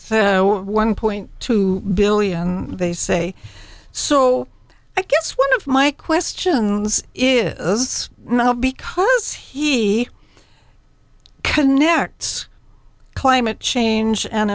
thirty one point two billion they say so i guess one of my questions is not because he connects climate change and